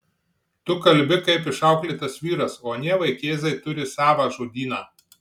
tu kalbi kaip išauklėtas vyras o anie vaikėzai turi savą žodyną